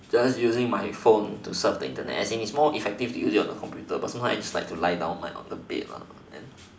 just using my phone to surf the internet as in it's more effective to use it on the computer but sometimes I just like to lie down on my bed and